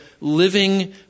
living